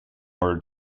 order